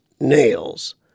nails